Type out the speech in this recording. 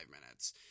minutes